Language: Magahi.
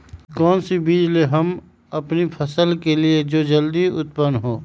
कौन सी बीज ले हम अपनी फसल के लिए जो जल्दी उत्पन हो?